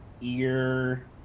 ear